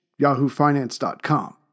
YahooFinance.com